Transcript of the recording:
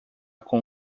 com